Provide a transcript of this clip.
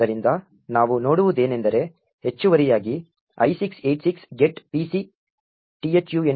ಆದ್ದರಿಂದ ನಾವು ನೋಡುವುದೇನೆಂದರೆ ಹೆಚ್ಚುವರಿಯಾಗಿ i686 get pc thunk